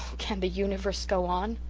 can the universe go on